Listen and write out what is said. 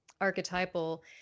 archetypal